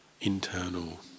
internal